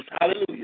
hallelujah